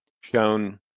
shown